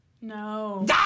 No